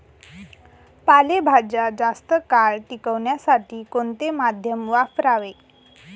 पालेभाज्या जास्त काळ टिकवण्यासाठी कोणते माध्यम वापरावे?